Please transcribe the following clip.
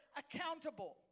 accountable